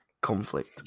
conflict